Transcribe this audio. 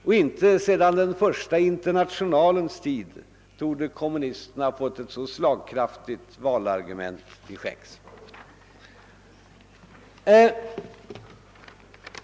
Och inte sedan den första internationalens tid torde kommunisterna ha fått ett så slagkraftigt valargument till skänks!